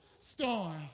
storm